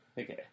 okay